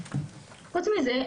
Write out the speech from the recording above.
חוץ מזה,